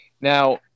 Now